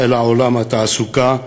אל עולם התעסוקה המכבד,